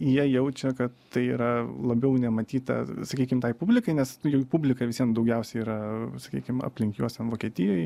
jie jaučia kad tai yra labiau nematyta sakykim tai publikai nes jų publika visien daugiausia yra sakykim aplink juos ten vokietijoj